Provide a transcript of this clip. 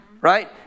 Right